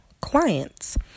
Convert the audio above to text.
clients